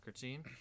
team